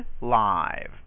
live